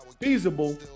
feasible